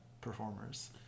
performers